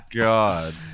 god